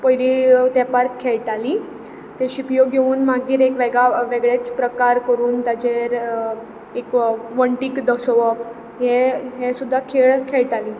पयलीं तेंपार खेळटालीं त्यो शिंप्यो घेवून मागीर एक वेगळेंच प्रकार करून ताचेर एक वण्टीक दसोवप हे हे सुद्दां खेळ खेळटालीं